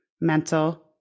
mental